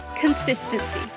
consistency